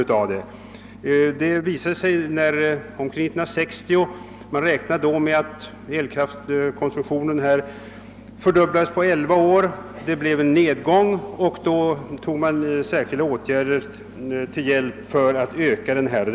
Fram till omkring 1960 räknade man med att elkraftkonsumtionen fördubblades på elva år. Det blev sedan en nedgång, och man tog då särskilda åtgärder till hjälp för att öka konsumtionen.